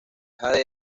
jade